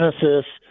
Genesis